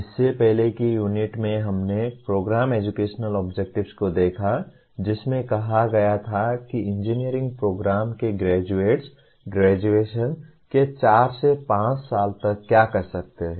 इससे पहले की यूनिट में हमने प्रोग्राम एजुकेशनल ऑब्जेक्टिव्स को देखा जिसमें कहा गया था कि इंजीनियरिंग प्रोग्राम के ग्रेजुएट्स ग्रेजुएशन के 4 5 साल तक क्या कर सकते हैं